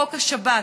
חוק השבת.